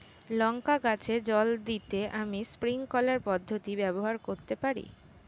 লঙ্কা গাছে জল দিতে আমি স্প্রিংকলার পদ্ধতি ব্যবহার করতে পারি?